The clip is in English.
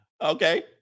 Okay